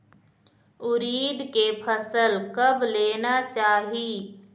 उरीद के फसल कब लेना चाही?